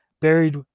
buried